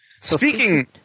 speaking